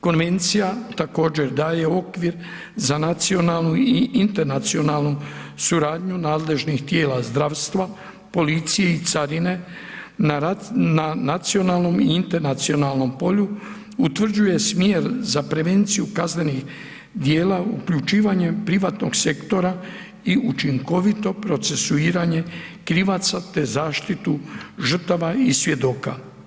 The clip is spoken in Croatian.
Konvencija također okvir za nacionalnu i internacionalnu suradnju nadležnih tijela zdravstva, policije i carine na nacionalnom i internacionalnom, utvrđuje smjer za prevenciju kaznenih djela uključivanjem privatnog sektora i učinkovito procesuiranje krivaca te zaštitu žrtava i svjedoka.